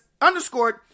Underscored